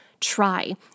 try